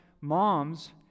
moms